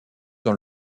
dans